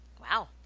Wow